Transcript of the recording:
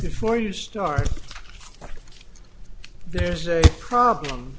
before you start there's a problem